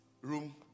room